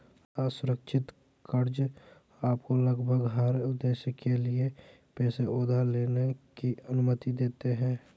असुरक्षित कर्ज़ आपको लगभग हर उद्देश्य के लिए पैसे उधार लेने की अनुमति देते हैं